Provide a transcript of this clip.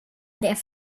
det